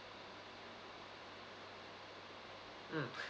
mm